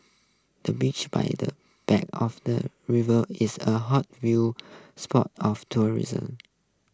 the bench by the bank of the river is a hot viewing spot of tourism